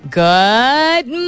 good